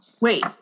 Wait